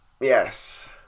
Yes